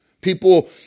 People